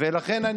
ולכן,